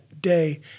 day